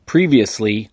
previously